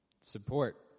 support